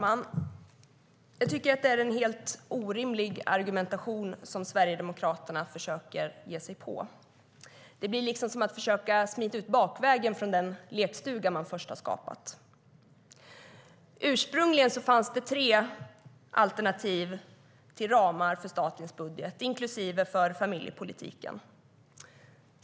Fru talman! Det är en helt orimlig argumentation som Sverigedemokraterna försöker ge sig på. Det blir som att försöka smita ut bakvägen från den lekstuga man först har skapat. Ursprungligen fanns tre alternativ till ramar för statens budget, inklusive för familjepolitiken.